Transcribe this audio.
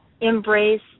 embrace